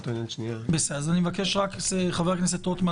בבקשה, חבר הכנסת רוטמן.